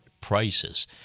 prices